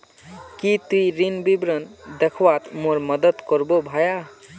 की ती ऋण विवरण दखवात मोर मदद करबो भाया